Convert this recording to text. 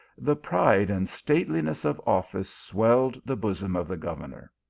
the pride and stateliness of office swelled the bosom of the governor.